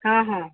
ହଁ ହଁ